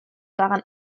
daran